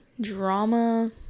drama